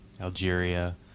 Algeria